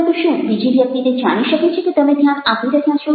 પરંતુ શું બીજી વ્યક્તિ તે જાણી શકે છે કે તમે ધ્યાન આપી રહ્યા છો